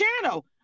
channel